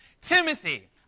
Timothy